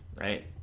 right